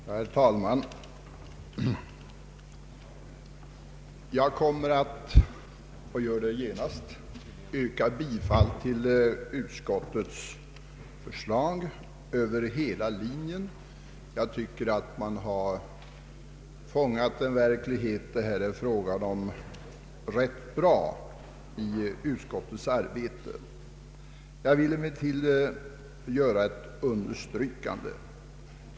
Herr talman! Jag yrkar genast bifall till utskottets förslag över hela linjen — man har, tycker jag, rätt bra fångat den verklighet det här är frågan om. Jag vill emellertid göra ett understrykande.